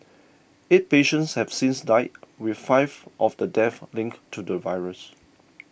eight patients have since died with five of the deaths linked to the virus